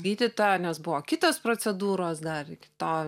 gydytojo nes buvo kitos procedūros dar iki to